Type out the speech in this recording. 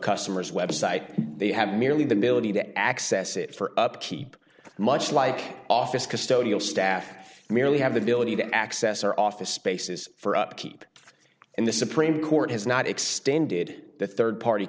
customer's website they have merely the military to access it for upkeep much like office custodial staff merely have the ability to access our office spaces for upkeep and the supreme court has not extended the rd party